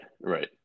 right